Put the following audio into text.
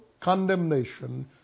condemnation